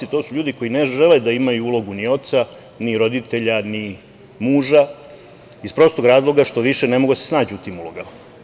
To su ljudi koji ne žele da imaju ulogu ni oca, ni roditelja, ni muža iz prostog razloga što više ne mogu da snađu u tim ulogama.